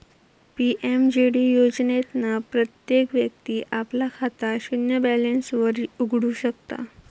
PMJD योजनेतना प्रत्येक व्यक्ती आपला खाता शून्य बॅलेंस वर उघडु शकता